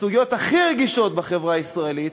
בסוגיות הכי רגישות בחברה הישראלית,